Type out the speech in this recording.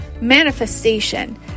manifestation